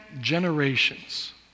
generations